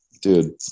Dude